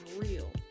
real